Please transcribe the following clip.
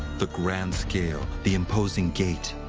the grand scale, the imposing gate,